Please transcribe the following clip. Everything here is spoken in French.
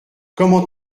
comment